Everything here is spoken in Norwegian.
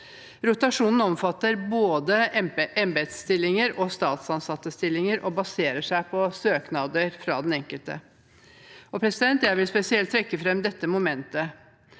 Rotasjonen omfatter både embetsstillinger og statsansattstillinger og baserer seg på søknader fra den enkelte. Jeg vil spesielt trekke fram dette momentet.